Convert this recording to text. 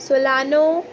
solano